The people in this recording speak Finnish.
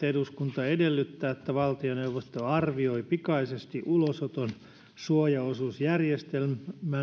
eduskunta edellyttää että valtioneuvosto arvioi pikaisesti ulosoton suojaosuusjärjestelmän